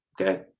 Okay